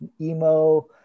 emo